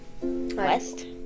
west